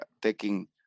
taking